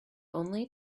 only